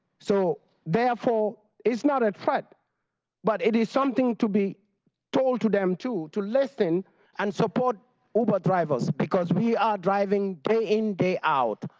so therefore, it is not a threat but it is something to be told to them, too, to listen and support uber drivers because we are driving day in day out,